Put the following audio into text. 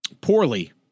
poorly